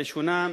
הראשונה,